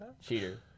Cheater